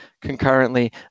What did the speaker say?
concurrently